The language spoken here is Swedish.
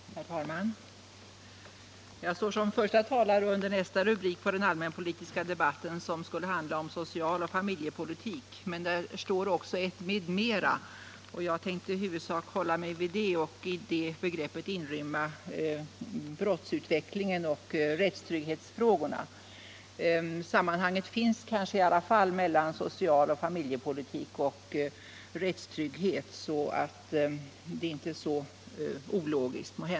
Herr talman! Jag står som första talare under den allmänpolitiska debattens rubrik Social och familjepolitik m.m. Det står också ett ”m.m.” och jag tänkte i huvudsak hålla mig till detta och i det begreppet inrymma brottsutvecklingen och rättstrygghetsfrågorna. Sammanhanget finns i alla fall mellan social och familjepolitik och rättstrygghet. Därför är det måhända inte så ologiskt.